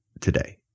today